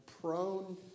prone